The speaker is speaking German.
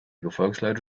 gefolgsleute